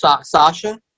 Sasha